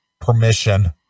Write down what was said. permission